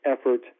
effort